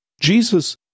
Jesus